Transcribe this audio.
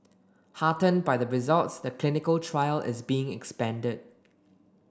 heartened by the results the clinical trial is being expanded